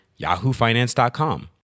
yahoofinance.com